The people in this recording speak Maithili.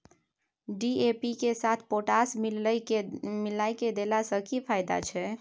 डी.ए.पी के साथ पोटास मिललय के देला स की फायदा छैय?